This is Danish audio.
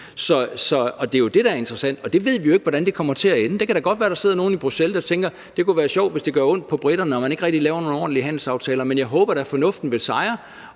Det er jo det, der er interessant, og det ved vi ikke hvordan kommer til at ende. Det kan da godt være, at der sidder nogle i Bruxelles, der tænker, at det kunne være sjovt, hvis det gør ondt på briterne, og man ikke rigtig laver nogle ordentlige handelsaftaler, men jeg håber da, at fornuften vil sejre,